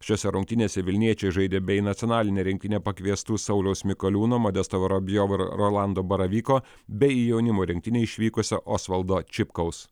šiose rungtynėse vilniečiai žaidė be į nacionalinę rinktinę pakviestų sauliaus mikoliūno modesto vorobjovo ir rolando baravyko be į jaunimo rinktinę išvykusio osvaldo čipkaus